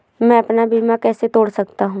मैं अपना बीमा कैसे तोड़ सकता हूँ?